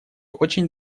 очень